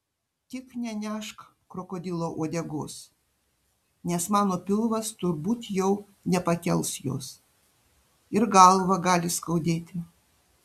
tik nenešk krokodilo uodegos nes mano pilvas turbūt jau nepakels jos ir galvą gali skaudėti